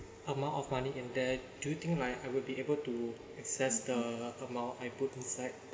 amount of money in that do you think like I will be able to access the amount I put inside